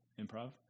improv